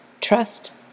Trust